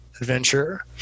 Adventure